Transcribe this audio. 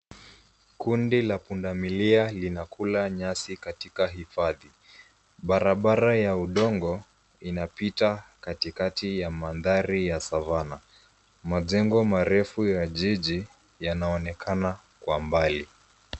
Kundi la pundamilia linakula nyasi katika hifadhi. Barabara ya udongo inapita katikati ya mandhari ya savana. Majengo marefu ya jiji yanaonekana kwa mbali.